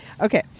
Okay